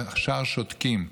והשאר שותקים.